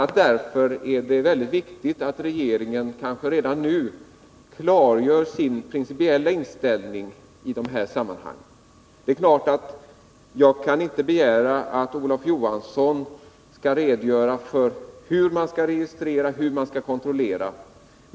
a. därför är det viktigt att regeringen redan nu klargör sin principiella inställning. Det är klart att jag inte begär att Olof Johansson skall redogöra för hur man skall registrera och kontrollera.